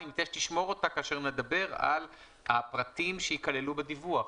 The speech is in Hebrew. אני מציע שתשמור אותה כאשר נדבר על הפרטים שייכללו בדיווח.